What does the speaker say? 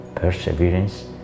perseverance